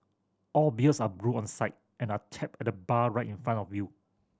all beers are brewed on site and are tapped at the bar right in front of you